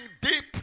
deep